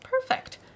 perfect